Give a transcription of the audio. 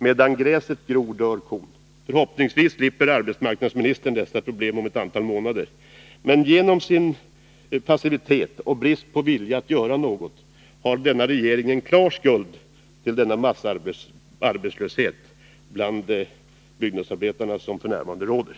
Medan gräset gror dör kon! Förhoppningsvis slipper arbetsmarknadsministern detta problem om ett antal månader, men genom sin passivitet och brist på vilja att göra något har regeringen klar skuld till den massarbetslöshet som f.n. råder bland byggnadsarbetarna.